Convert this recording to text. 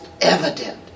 evident